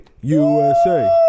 USA